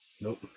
Nope